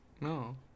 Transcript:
No